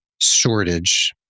shortage